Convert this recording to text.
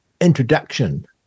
introduction